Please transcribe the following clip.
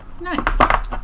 Nice